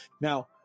Now